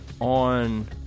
On